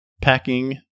packing